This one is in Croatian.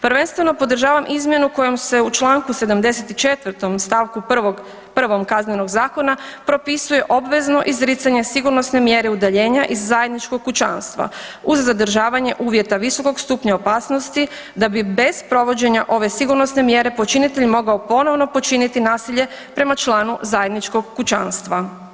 Prvenstveno podržavam izmjenu kojom se u čl. 74. st. 1. KZ-a propisuje obvezno izricanje sigurnosne mjere udaljenja iz zajedničkog kućanstva uz zadržavanje uvjeta visokog stupnja opasnosti da bi bez provođenja ove sigurnosne mjere počinitelj mogao ponovno počiniti nasilje prema članu zajedničkog kućanstva.